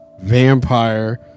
Vampire